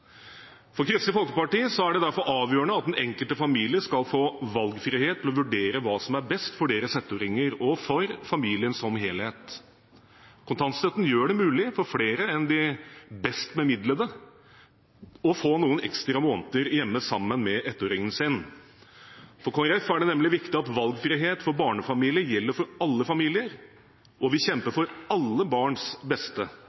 For Kristelig Folkeparti er det derfor avgjørende at den enkelte familie skal få valgfrihet til å vurdere hva som er best for deres ettåringer og for familien som helhet. Kontantstøtten gjør det mulig for flere enn de best bemidlede å få noen ekstra måneder hjemme sammen med ettåringen sin. For Kristelig Folkeparti er det nemlig viktig at valgfrihet for barnefamilier gjelder for alle familier, og vi kjemper for alle barns beste,